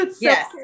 Yes